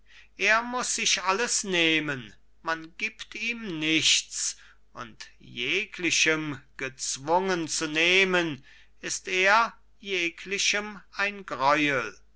er muß sich alles nehmen man gibt ihm nichts und jeglichem gezwungen zu nehmen ist er jeglichem ein greuel